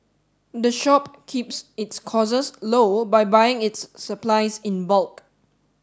the shop keeps its costs low by buying its supplies in bulk